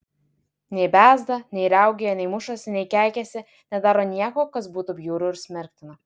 nei bezda nei riaugėja nei mušasi nei keikiasi nedaro nieko kas būtų bjauru ir smerktina